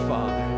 Father